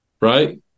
right